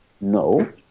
No